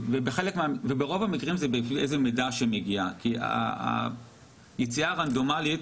ברוב המקרים זה בעקבות מידע שמגיע כי יציאה רנדומלית